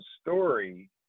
story